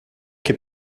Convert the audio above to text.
que